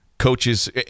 Coaches